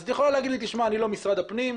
את יכולה לומר לי שאת לא משרד הפנים,